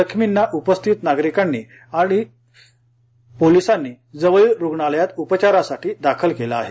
जखमींना उपस्थित काही नागरिकांनी आणि पोलिसांनी जवळील दवाख्यान्यात उपचारासाठी दाखल केले आहे